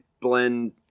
blend